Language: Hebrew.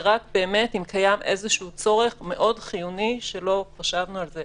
זה רק באמת אם קיים איזשהו צורך מאוד חיוני שלא חשבנו עליו,